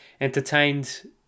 entertained